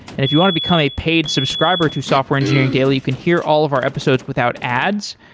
if you want to become a paid subscriber to software engineering daily, you can hear all of our episodes without ads.